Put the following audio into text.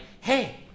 hey